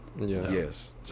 Yes